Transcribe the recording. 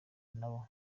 nabo